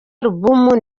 album